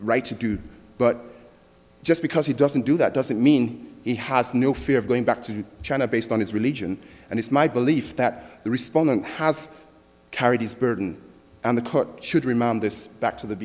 right to do but just because he doesn't do that doesn't mean he has no fear of going back to china based on his religion and it's my belief that the respondent has carried his burden and the court should remand this back to the